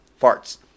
Farts